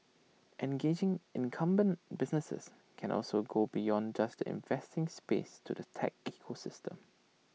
engaging incumbent businesses can also go beyond just the investing space to the tech ecosystem